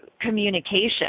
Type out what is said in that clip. communication